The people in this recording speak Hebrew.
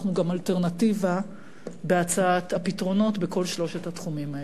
אנחנו גם אלטרנטיבה בהצעת הפתרונות בכל שלושת התחומים האלה.